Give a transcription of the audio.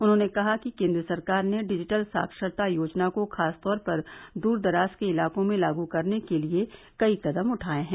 उन्होंने कहा कि केन्द्र सरकार ने डिजिटल साक्षरता योजना को खास तौर पर द्र दराज के इलाकों में लाग करने के लिए कई कदम उठाये हैं